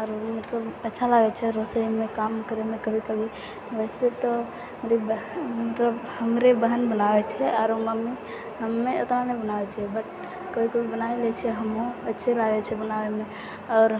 आरो मतलब अच्छा लागै छै रसोईमे काम करैमे कभी कभी वैसे तऽ मतलब हमरे बहन बनाबै छै आरो मम्मी हमे ओतना नहि बनाबै छियै बट कभी कभी बना लै छियै हमहुँ अच्छे लागै छै बनाबैमे आओर